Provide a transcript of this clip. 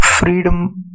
freedom